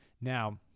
now